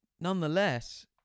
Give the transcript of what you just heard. Nonetheless